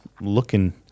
looking